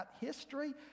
history